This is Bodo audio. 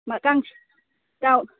मा गांसे याव